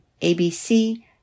ABC